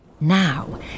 Now